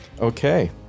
Okay